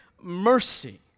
mercy